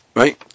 right